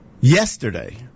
yesterday